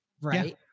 Right